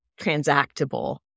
transactable